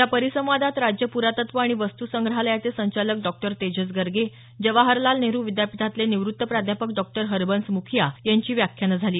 या परिसंवादात राज्य पुरातत्व आणि वस्तू संग्रहालयाचे संचालक डॉक्टर तेजस गर्गे जवाहरलाल नेहरु विद्यापीठातले निवृत्त प्राध्यापक डॉ हरबन्स मुखिया यांची व्याख्यानं झाली